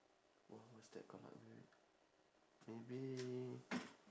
what was that kalau very maybe